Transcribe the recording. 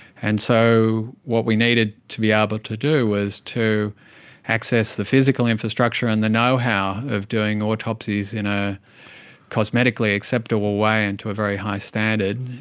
and so what we needed to be able to do was to access the physical infrastructure and the know-how of doing autopsies in a cosmetically acceptable way and to a very high standard.